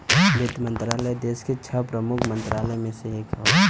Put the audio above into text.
वित्त मंत्रालय देस के छह प्रमुख मंत्रालय में से एक हौ